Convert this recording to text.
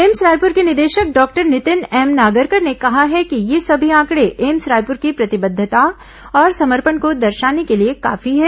AIIMS Raipur के निदेशक doctor Nitin M Nagarkar ने कहा है कि ये सभी आंकड़े एम्स रायपुर की प्रतिबद्धता और समर्पण को दर्शाने के लिए काफी है